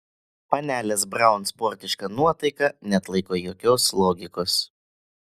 panelės braun sportiška nuotaika neatlaiko jokios logikos